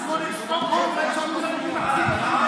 החברים שלך מסכימים איתי,